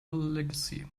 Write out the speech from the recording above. legacy